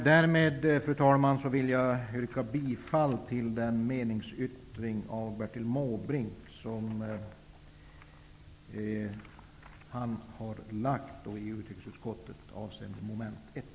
Fru talman! Därmed vill jag yrka bifall till den meningsyttring av Bertil Måbrink som har fogats till utrikesutskottets betänkande avseende moment 1.